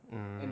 mm